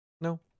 No